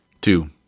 Two